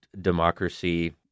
democracy